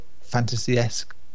fantasy-esque